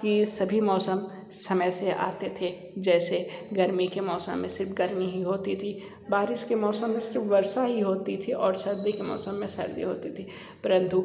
कि सभी मौसम समय से आते थे जैसे गर्मी के मौसम में सिर्फ गर्मी ही होती थी बारिश के मौसम में सिर्फ वर्षा ही होती थी और सर्दी के मौसम मे सर्दी ही होती थी